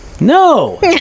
No